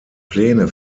pläne